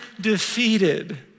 defeated